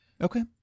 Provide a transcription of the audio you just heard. Okay